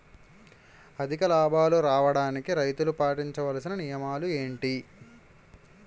అధిక లాభాలు రావడానికి రైతులు పాటించవలిసిన నియమాలు ఏంటి